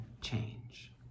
change